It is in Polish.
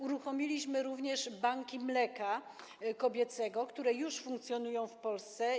Uruchomiliśmy również banki mleka kobiecego, które już funkcjonują w Polsce.